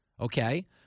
okay